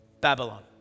Babylon